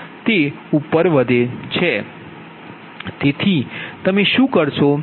તેથી તમે શું કરશો